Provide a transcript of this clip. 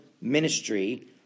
ministry